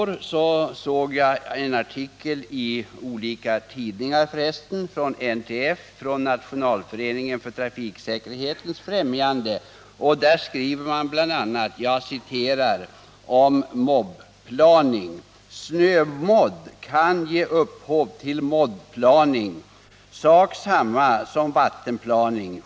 I går såg jag emellertid i olika tidningar en artikel som skrivits av Nationalföreningen för trafiksäkerhetens främjande. I artikeln skriver man bl.a. följande om moddplaning: Snömodd kan ge upphov till moddplaning, sak samma som vattenplaning.